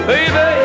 Baby